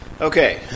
Okay